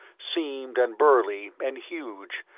seamed and burly and huge,